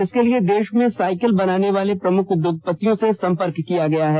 इसके लिए देश में साइकिल बनाने वाले प्रमुख उद्योपतियों से संपर्क किया गया है